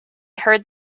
heard